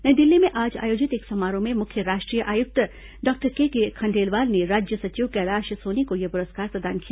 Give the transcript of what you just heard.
नई दिल्ली में आज आयोजित एक समारोह में मुख्य राष्ट्रीय आयुक्त डॉक्टर केके खंडेलवाल ने राज्य सचिव कैलाश सोनी को यह पुरस्कार प्रदान किया